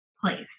place